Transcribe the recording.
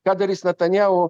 ką darys natanjahu